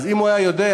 אם הוא היה יודע,